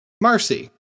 Marcy